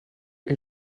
est